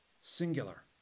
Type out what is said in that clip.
singular